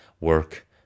work